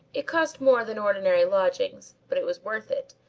it cost more than ordinary lodging but it was worth it,